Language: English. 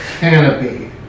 Canopy